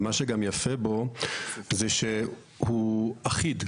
ומה שגם יפה בו, זה שהוא אחיד.